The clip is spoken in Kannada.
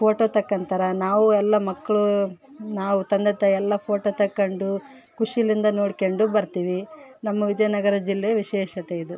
ಫೋಟೋ ತಕ್ಕೊಂತಾರೆ ನಾವು ಎಲ್ಲ ಮಕ್ಕಳು ನಾವು ತಂದೆ ತಾಯಿ ಎಲ್ಲ ಫೋಟೋ ತಕ್ಕೊಂಡು ಖುಷಿಲಿಂದ ನೋಡ್ಕೊಂಡು ಬರ್ತೀವಿ ನಮ್ಮ ವಿಜಯನಗರ ಜಿಲ್ಲೆ ವಿಶೇಷತೆ ಇದು